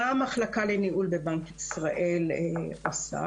מה המחלקה לניהול בבנק ישראל עושה?